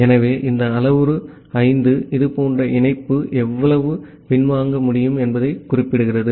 ஆகவே இந்த அளவுரு 5 இதுபோன்ற இணைப்பு எவ்வளவு பின்வாங்க முடியும் என்பதைக் குறிப்பிடுகிறது